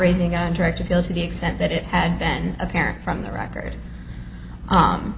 raising a direct appeal to the extent that it had been apparent from the record